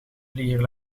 vlieger